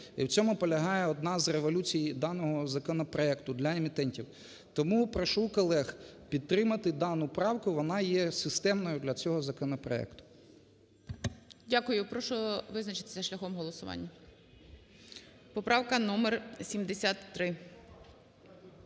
І в цьому полягає одна з революцій даного законопроекту для емітентів. Тому прошу колег підтримати дану правку, вона є системною для цього законопроекту. ГОЛОВУЮЧИЙ. Дякую. Прошу визначитися шляхом голосування. Поправка номер 73.